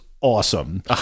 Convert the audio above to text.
awesome